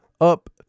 up